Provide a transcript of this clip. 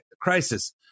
crisis